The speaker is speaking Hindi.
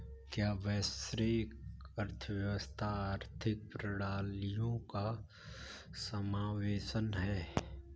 क्या वैश्विक अर्थव्यवस्था आर्थिक प्रणालियों का समावेशन है?